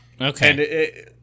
Okay